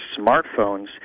smartphones